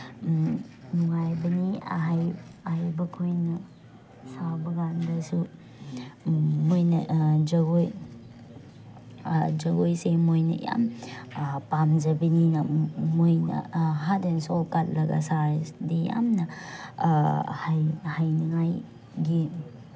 ꯅꯨꯡꯉꯥꯏꯕꯅꯤ ꯑꯍꯩꯕꯈꯣꯏꯅ ꯁꯥꯕ ꯀꯥꯟꯗꯁꯨ ꯃꯣꯏꯅ ꯖꯒꯣꯏ ꯖꯒꯣꯏꯁꯦ ꯃꯣꯏꯅ ꯌꯥꯝ ꯄꯥꯝꯖꯕꯅꯤꯅ ꯃꯣꯏꯅ ꯍꯥꯔꯠ ꯑꯦꯟ ꯁꯣꯜ ꯀꯠꯂꯒ ꯁꯥꯔꯗꯤ ꯌꯥꯝꯅ ꯍꯩꯅꯉꯥꯏꯒꯤ